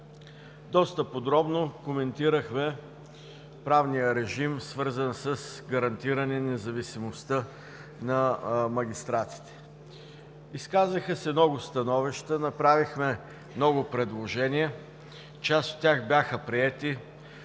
доста подробно коментирахме правния режим, свързан с гарантиране на независимостта на магистратите. Изказаха се много становища, направихме много предложения, част от тях бяха приети,